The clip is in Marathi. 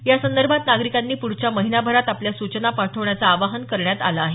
यासंदर्भात नागरिकांनी प्रढच्या महिन्याभरात आपल्या सूचना पाठवण्याचं आवाहन करण्यात आलं आहे